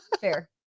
fair